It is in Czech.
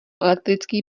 elektrický